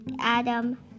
Adam